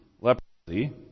leprosy